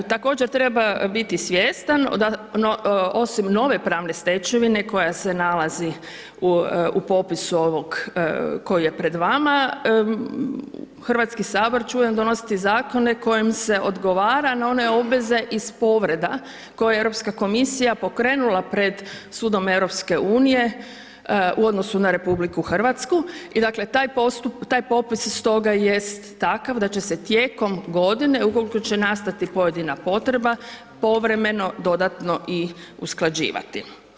Također treba biti svjestan osim nove pravne stečevine koja se nalazi u popisu ovog koji je pred vama, Hrvatski sabor će donositi zakone kojima se odgovara na one obveze iz povreda koje je Europska komisija pokrenula pred sudom EU-a u odnosu na RH i dakle taj popis stoga jest takav da će se tijekom godine ukoliko će nastati pojedina potreba, povremeno dodatno i usklađivati.